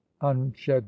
unshed